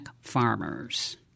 farmers